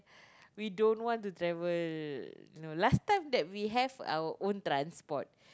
we don't want to travel you know last time that we have our own transport